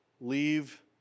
Leave